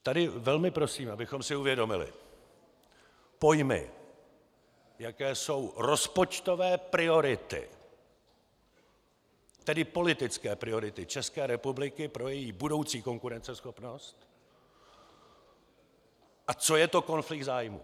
Tady velmi prosím, abychom si uvědomili pojmy, jaké jsou rozpočtové priority, tedy politické priority České republiky pro její budoucí konkurenceschopnost, a co je to konflikt zájmů.